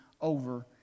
over